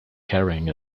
carrying